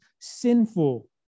sinful